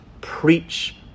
preach